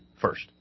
first